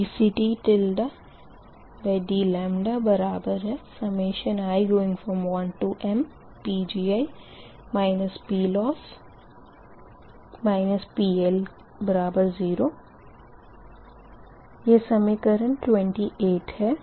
dCTdλi1mPgi PLoss PL0 यह समीकरण 28 है